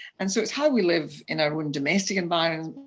and so it's how we live in our own domestic environments,